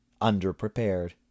underprepared